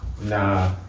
Nah